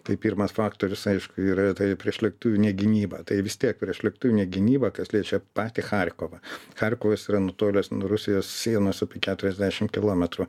tai pirmas faktorius aišku yra ta priešlėktuvinė gynyba tai vis tiek priešlėktuvinė gynyba kas liečia patį charkiovą charikovas yra nutolęs nuo rusijos sienos apie keturiasdešim kilometrų